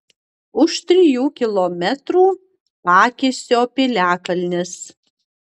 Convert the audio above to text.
už trijų kilometrų pakisio piliakalnis